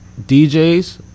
DJs